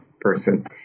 person